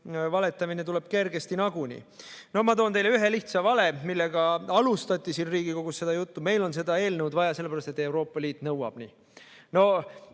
valetamine kergesti nagunii. Ma toon teile näiteks ühe lihtsa vale, millega alustati siin Riigikogus seda juttu: meil on seda eelnõu vaja, sellepärast et Euroopa Liit nõuab. No